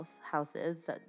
houses